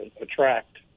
attract